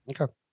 Okay